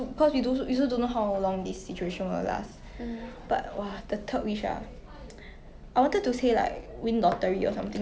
ya true